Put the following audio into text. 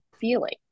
feeling